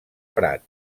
prat